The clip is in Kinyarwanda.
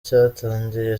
cyatangiye